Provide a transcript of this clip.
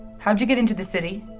how'd you get into the city?